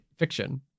fiction